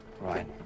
Right